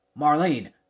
Marlene